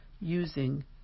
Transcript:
using